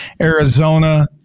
Arizona